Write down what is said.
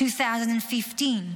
2015,